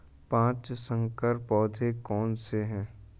पाँच संकर पौधे कौन से हैं?